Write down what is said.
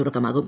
തുടക്കമാകും